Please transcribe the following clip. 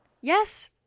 yes